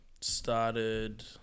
started